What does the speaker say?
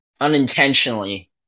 unintentionally